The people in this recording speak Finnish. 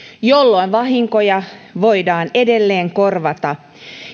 jolloin vahinkoja voidaan edelleen korvata